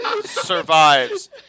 Survives